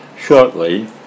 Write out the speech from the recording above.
shortly